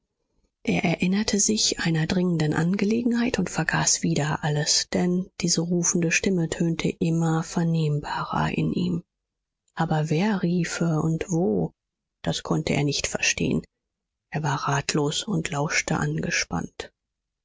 er erinnerte sich einer dringenden angelegenheit und vergaß wieder alles denn diese rufende stimme tönte immer vernehmbarer in ihm aber wer riefe und wo das konnte er nicht verstehen er war ratlos und lauschte angespannt